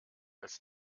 als